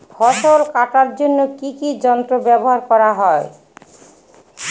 ফসল কাটার জন্য কি কি যন্ত্র ব্যাবহার করা হয়?